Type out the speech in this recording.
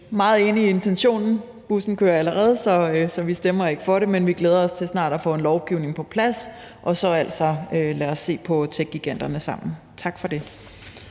meget enig i intentionen. Bussen kører allerede, så vi stemmer ikke for beslutningsforslaget. Men vi glæder os til snart at få en lovgivning på plads. Og lad os så se på det med techgiganterne sammen. Tak for det.